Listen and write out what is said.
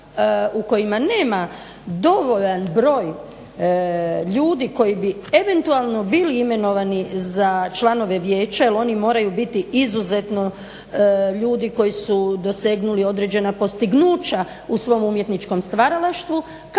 u kojima nema dovoljan broj ljudi koji bi eventualno bili imenovani za članove vijeća jel oni moraju biti izuzetno ljudi koji su dosegnuli određena postignuća u svom umjetničkom stvaralaštvu